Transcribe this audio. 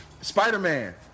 Spider-Man